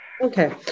okay